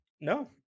No